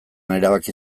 erabaki